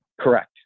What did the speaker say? correct